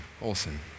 awesome